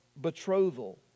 betrothal